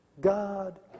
God